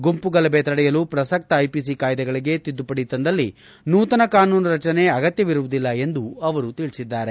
ಗುಂಪು ಗಲಭೆ ತಡೆಯಲು ಪ್ರಸಕ್ತ ಐಪಿಸಿ ಕಾಯ್ಲೆಗಳಿಗೆ ತಿದ್ಲುಪಡಿ ತಂದಲ್ಲಿ ನೂತನ ಕಾನೂನು ರಚನೆ ಅಗತ್ಯವಿರುವುದಿಲ್ಲ ಎಂದು ಅವರು ತಿಳಿಸಿದ್ದಾರೆ